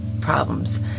problems